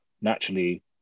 naturally